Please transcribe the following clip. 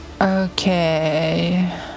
Okay